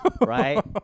right